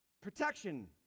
Protection